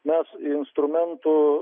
mes instrumentų